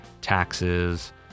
taxes